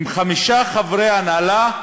עם חמישה חברי הנהלה,